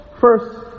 First